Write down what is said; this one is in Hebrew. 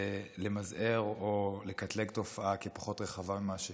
זה למזער או לקטלג תופעה כפחות רחבה ממה שהיא.